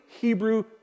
Hebrew